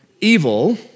evil